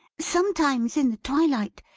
sometimes, in the twilight,